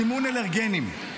סימון אלרגנים,